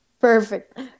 perfect